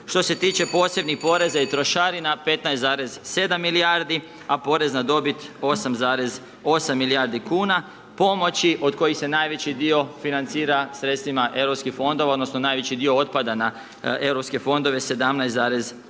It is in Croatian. što se tiče posebnih poreza i trošarina 15,7 milijardi, a porez na dobit 8,8 milijardi kuna, pomoći od kojih se najveći dio financira sredstvima europskih fondova odnosno najveći dio otpada na europske fondove